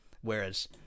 whereas